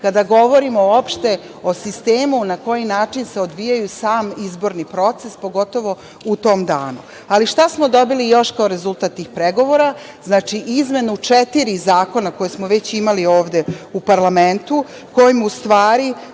kada govorimo uopšte o sistemu na koji način se odvija sam izborni proces, pogotovo u tom danu, ali šta smo dobili još kao rezultat tih pregovora? Znači, izmenu četiri zakona koje smo već imali ovde u parlamentu, kojim u stvari